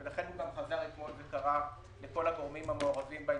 חזר אתמול וקרא לכל הגורמים המעורבים בעניין,